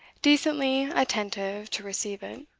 decently attentive to receive it.